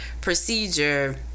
procedure